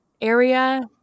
area